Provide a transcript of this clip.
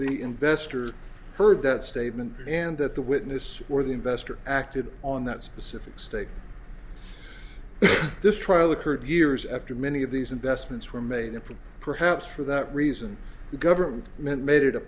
the investor heard that statement and that the witness or the investor acted on that specific state this trial occurred years after many of these investments were made if perhaps for that reason the government men made it a